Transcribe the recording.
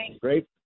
Great